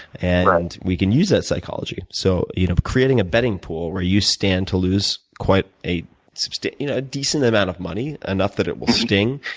and we can use that psychology. so you know creating a betting pool where you stand to lose quite a substantial a decent amount of money, enough that it will sting,